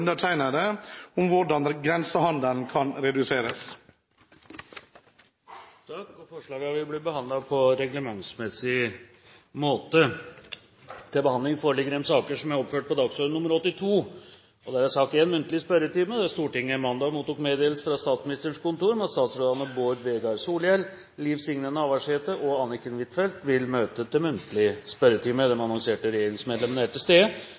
om å redusere grensehandelen. Forslagene vil bli behandlet på reglementsmessig måte. Stortinget mottok mandag meddelelse fra Statsministerens kontor om at statsrådene Bård Vegar Solhjell, Liv Signe Navarsete og Anniken Huitfeldt vil møte til muntlig spørretime. De annonserte regjeringsmedlemmene er til stede,